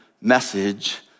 message